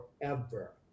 forever